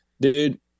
Dude